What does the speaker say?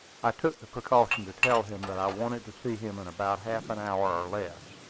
i took the precaution to tell him that i wanted to see him in about half an hour or less,